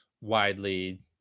widely